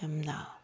ꯌꯥꯝꯅ